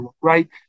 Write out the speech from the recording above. right